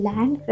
Land